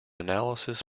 analysis